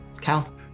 Cal